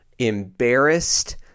Embarrassed